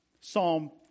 Psalm